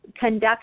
Conduct